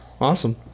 Awesome